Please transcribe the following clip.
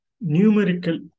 numerical